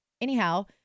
Anyhow